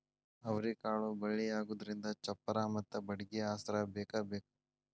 ಅವ್ರಿಕಾಳು ಬಳ್ಳಿಯಾಗುದ್ರಿಂದ ಚಪ್ಪರಾ ಮತ್ತ ಬಡ್ಗಿ ಆಸ್ರಾ ಬೇಕಬೇಕ